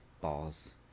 balls